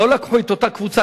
לא לקחו את אותה קבוצה,